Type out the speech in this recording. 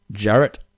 Jarrett